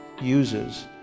uses